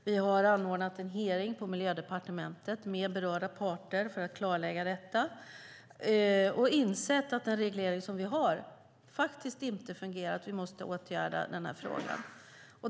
Vi har anordnat en hearing på Miljödepartementet med berörda parter för att klarlägga detta. Vi har insett att den reglering vi har faktiskt inte fungerar och att vi måste åtgärda denna fråga.